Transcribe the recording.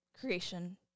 creation